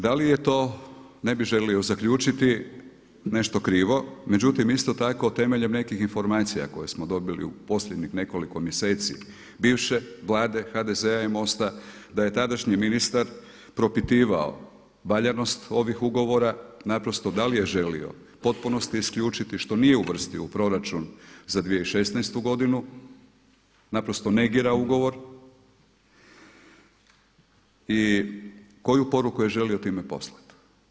Da li je to, ne bih želio zaključiti, nešto krivo, međutim isto tako temeljem nekih informacija koje smo dobili u posljednjih nekoliko mjeseci bivše vlade HDZ-a i MOST-a da je tadašnji ministar propitivao valjanost ovih ugovora, naprosto da li je želio u potpunosti isključiti što nije uvrstio u proračun za 2016. godinu, naprosto negira ugovor i koju poruku je time želio poslati.